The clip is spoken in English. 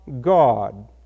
God